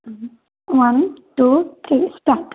one two three start